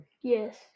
Yes